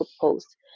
post